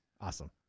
Awesome